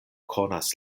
konas